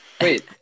Wait